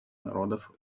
народов